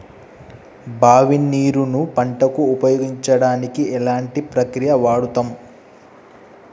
బావి నీరు ను పంట కు ఉపయోగించడానికి ఎలాంటి ప్రక్రియ వాడుతం?